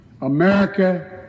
America